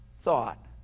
thought